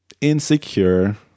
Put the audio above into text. insecure